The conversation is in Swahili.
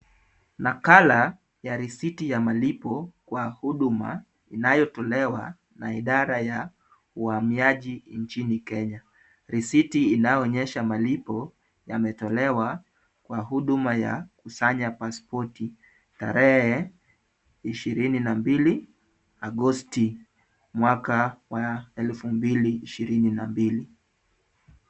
Nakala ya risiti ya malipo kwa huduma inayotolewa na idara ya uhamiaji nchini Kenya. Risiti inayoonyesha malipo yametolewa kwa huduma ya kusanya pasipoti tarehe ishirini na mbili Agosti mwaka wa elfu mbili ishirini na mbili.